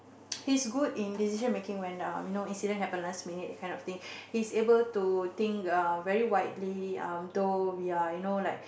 he's good in decision making when um you know incident happen last minute that kind of thing he's able to think uh very widely um though we are you know like